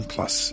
Plus